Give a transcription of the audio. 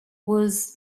was